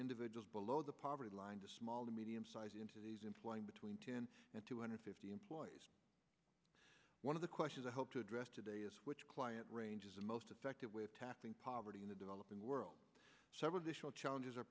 individuals below the poverty line to small to medium size into these employing between ten and two hundred fifty employees one of the questions i hope to address today is which client ranges the most effective way of tackling poverty in the developing world several vishal challenges are